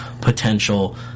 potential